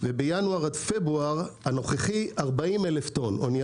ובינואר עד פברואר הנוכחי 40,000 טון אוניה